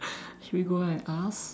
should we go out and ask